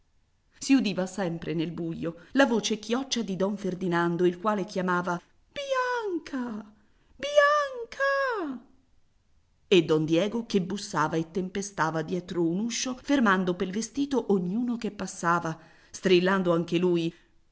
si udiva sempre nel buio la voce chioccia di don ferdinando il quale chiamava bianca bianca e don diego che bussava e tempestava dietro un uscio fermando pel vestito ognuno che passava strillando anche lui